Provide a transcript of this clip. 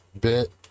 bit